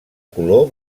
color